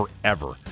forever